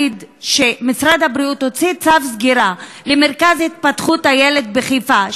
שמשרד הבריאות הוציא צו סגירה למרכז להתפתחות הילד בחיפה,